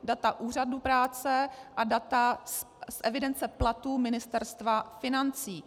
Data úřadu práce a data z evidence platů Ministerstva financí.